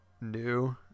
new